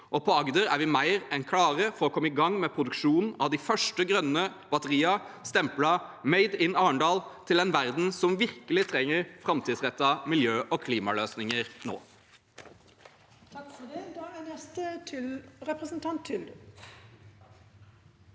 Og på Agder er vi mer enn klare for å komme i gang med produksjonen av de første grønne batteriene stemplet «made in Arendal», til en verden som virkelig trenger framtidsrettede miljø- og klimaløsninger nå.